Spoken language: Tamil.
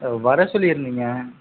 வர சொல்லிருந்தீங்க